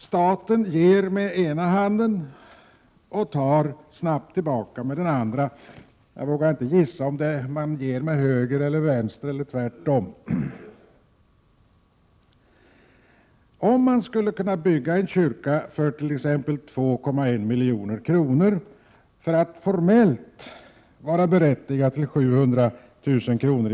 — Staten ger med ena handen och tar snabbt tillbaka med den andra. Jag vågar inte gissa om den ger med höger och tar med vänster eller tvärtom. Om man skall kunna bygga en kyrka för t.ex. 2,1 milj.kr. för att formellt vara berättigad till 700 000 kr.